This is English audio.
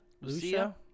Lucia